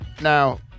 Now